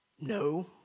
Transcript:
No